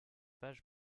page